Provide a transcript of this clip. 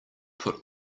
put